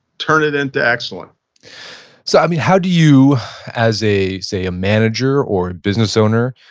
turn it into excellence so i mean how do you as a, say a manager or a business owner,